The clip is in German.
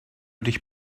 dich